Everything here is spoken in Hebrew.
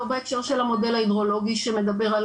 לא בהקשר של המודל ההידרולוגי שמדבר על